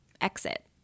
exit